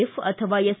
F ಅಥವಾ S